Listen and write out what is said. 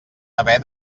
haver